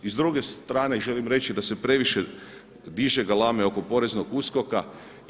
I s druge strane želim reći da se previše diže galame oko poreznog USKOK-a.